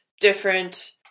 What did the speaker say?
different